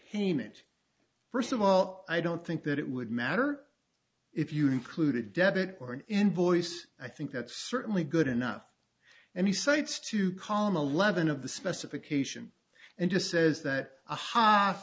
payment first of all i don't think that it would matter if you include a debit or an invoice i think that's certainly good enough and he cites to column eleven of the specification and just says that the h